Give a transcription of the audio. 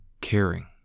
caring